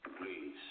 Please